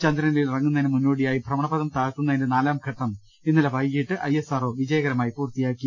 ചന്ദ്രനിൽ ഇറങ്ങുന്നതിന് മുന്നോടിയായി ഭ്രമണപഥം താഴ്ത്തുന്നതിന്റെ നാലാം ഘട്ടം ഇന്നലെ വൈകിട്ട് ഐ എസ് ആർ ഒ വിജയകര മായി പൂർത്തിയാക്കി